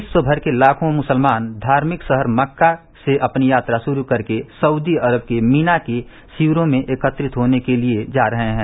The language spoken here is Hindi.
विश्वमर के लाखों मुसलमान धार्मिक शहर मक्का से अपनी यात्रा शुरू करके सऊदी अरब के मीना के शिविरो में एकत्रित होने के लिए जा रहे हैं